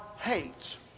Hates